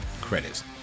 credits